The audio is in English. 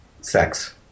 sex